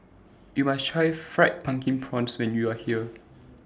YOU must Try Fried Pumpkin Prawns when YOU Are here